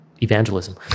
evangelism